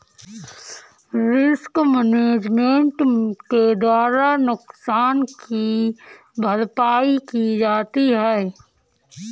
risk management के द्वारा नुकसान की भरपाई की जाती है